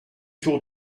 tour